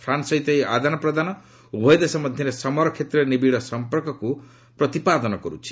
France ସହିତ ଏହି ଆଦାନ ପ୍ରଦାନ ଉଭୟ ଦେଶ ମଧ୍ୟରେ ସମର କ୍ଷେତ୍ରରେ ନିବିଡ଼ ସମ୍ପର୍କକୁ ପ୍ରଦର୍ଶିତ କରୁଛି